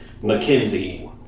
Mackenzie